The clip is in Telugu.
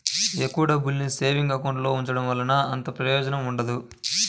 ఎక్కువ డబ్బుల్ని సేవింగ్స్ అకౌంట్ లో ఉంచడం వల్ల అంతగా ప్రయోజనం ఉండదు